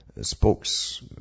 Spokes